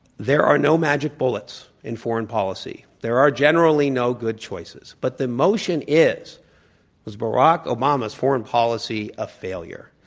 there are no magic bullets in foreign policy. there are generally no good choices, but the motion is is barack obama's foreign policy a failure.